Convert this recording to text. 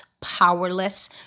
powerless